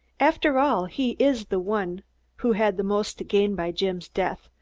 after all, he is the one who had the most to gain by jim's death,